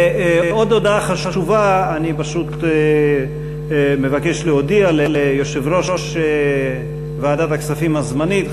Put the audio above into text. ועוד הודעה חשובה: אני פשוט מבקש להודיע ליושב-ראש ועדת הכספים הזמנית,